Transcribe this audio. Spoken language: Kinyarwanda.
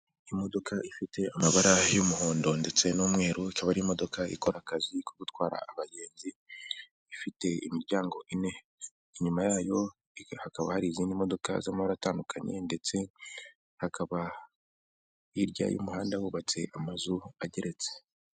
Imodoka ifite amabara y'umuhondo ndetse n'umweru ikaba ari imodoka ikora akazi ko gutwara abagenzi ifite imiryango ine, inyuma yayo hakaba hari izindi modoka z'amabara atandukanye ndetse hakaba hirya y'umuhanda hubatse amazu ageretse.